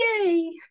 yay